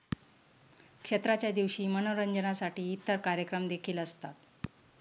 क्षेत्राच्या दिवशी मनोरंजनासाठी इतर कार्यक्रम देखील असतात